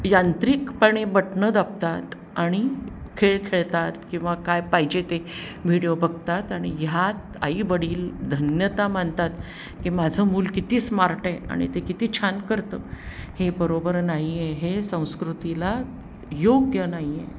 यांत्रिकपणे बटणं दाबतात आणि खेळ खेळतात किंवा काय पाहिजे ते व्हिडिओ बघतात आणि ह्यात आईवडील धन्यता मानतात की माझं मूल किती स्मार्ट आहे आणि ते किती छान करतं हे बरोबर नाही आहे हे संस्कृतीला योग्य नाही आहे